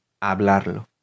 hablarlo